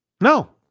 No